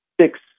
six